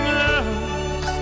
loves